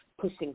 pushing